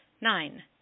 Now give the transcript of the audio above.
Nine